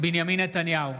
בנימין נתניהו,